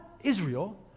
Israel